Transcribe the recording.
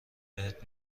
بهت